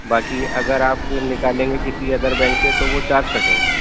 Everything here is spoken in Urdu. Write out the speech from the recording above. باکی اگرآپ نکالیں گے کسی ادر بینک سے تو وہ چارک کٹیں گے